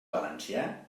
valencià